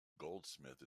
goldsmith